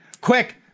quick